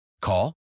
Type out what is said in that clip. Call